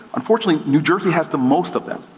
unfortunately, new jersey has the most of them.